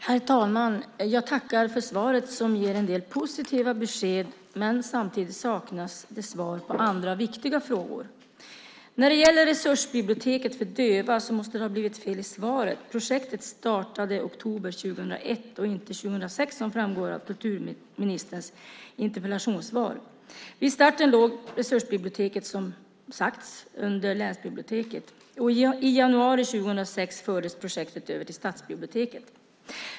Herr talman! Jag tackar för svaret som ger en del positiva besked, men samtidigt saknas besked i andra viktiga frågor. När det gäller Resursbiblioteket för döva måste det ha blivit fel i svaret. Projektet startade i oktober 2001, inte 2006 som framgår av kulturministerns interpellationssvar. Vid starten låg resursbiblioteket, som sagts, under länsbiblioteket. I januari fördes projektet över till stadsbiblioteket.